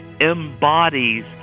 embodies